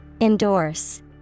Endorse